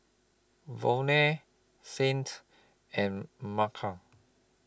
Volney Saint and Mekhi